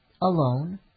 alone